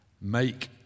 Make